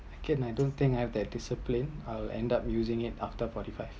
I can't I don’t think I have that discipline I will end up using it after forty five